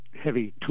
heavy